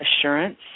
assurance